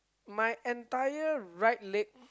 my entire right leg